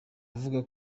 avuga